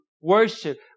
worship